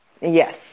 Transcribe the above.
Yes